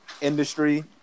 industry